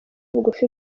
bugufi